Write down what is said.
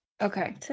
Okay